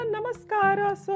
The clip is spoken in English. Namaskara